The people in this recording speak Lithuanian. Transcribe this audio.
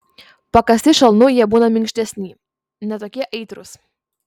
pakąsti šalnų jie būna minkštesni ne tokie aitrūs